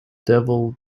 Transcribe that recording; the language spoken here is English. devil